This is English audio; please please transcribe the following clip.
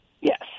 Yes